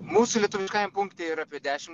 mūsų lietuviškajam punkte yra apie dešim